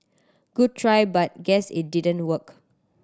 good try but guess it didn't work